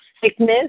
sickness